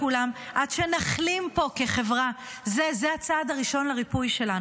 אדוני היושב בראש.